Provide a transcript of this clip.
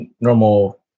normal